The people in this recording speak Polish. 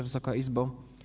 Wysoka Izbo!